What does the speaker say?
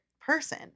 person